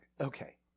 Okay